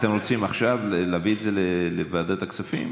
אתם רוצים עכשיו להביא את זה לוועדת הכספים?